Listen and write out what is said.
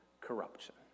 corruption